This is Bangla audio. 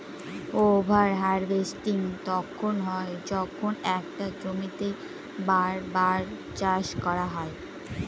ওভার হার্ভেস্টিং তখন হয় যখন একটা জমিতেই বার বার চাষ করা হয়